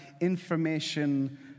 information